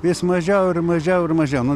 vis mažiau ir mažiau ir mažiau nu